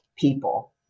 People